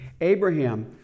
Abraham